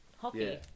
hockey